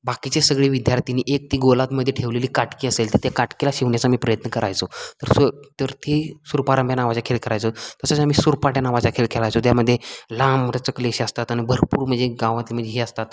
बाकीचे सगळे विद्यार्थ्यांनी एक ती गोलातमध्ये ठेवलेली काटकी असेल तर त्या काटकीला शिवण्याचा मी प्रयत्न करायचो तर सो तर ते सुरपारंब्या नावाच्या खेळ करायचो तसेच आम्ही सुरपाट्या नावाचा खेळ खेळायचो त्यामध्ये लांबर चकलेशी असतात आणि भरपूर म्हणजे गावातले म्हणजे हे असतात